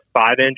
five-inch